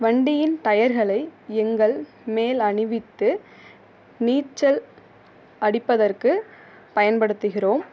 வண்டியின் டயர்களை எங்கள் மேல் அணிவித்து நீச்சல் அடிப்பதற்கு பயன்படுத்துகிறோம்